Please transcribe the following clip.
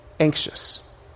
anxious